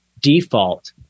default